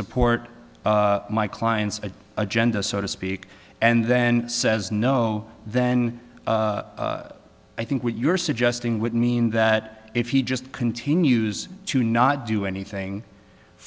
support my client's agenda so to speak and then says no then i think what you're suggesting would mean that if he just continues to not do anything